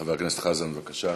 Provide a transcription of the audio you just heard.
חבר הכנסת חזן, בבקשה,